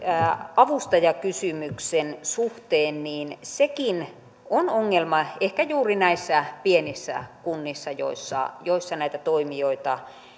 avustajakysymyksen suhteen sekin on ongelma ehkä juuri pienissä kunnissa joissa joissa näitä toimijoita